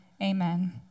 Amen